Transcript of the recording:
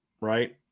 right